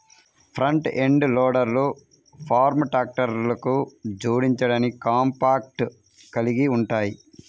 front end లోడర్లు farm ట్రాక్టర్లకు జోడించడానికి కాంపాక్ట్ కలిగి ఉంటాయి